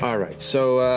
um right, so,